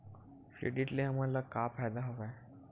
Credit ले हमन ला का फ़ायदा हवय?